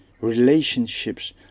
Relationships